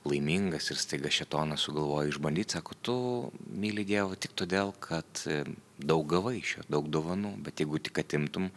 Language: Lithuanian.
laimingas ir staiga šėtonas sugalvojo išbandyt sako tu myli dievą tik todėl kad daug gavai šio daug dovanų bet jeigu tik atimtum